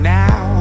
now